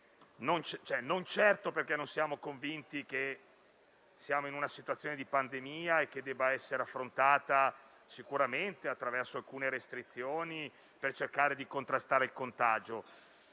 non perché non siamo convinti che siamo in una situazione di pandemia che debba essere affrontata attraverso alcune restrizioni per cercare di contrastare il contagio,